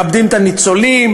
מכבדים את הניצולים,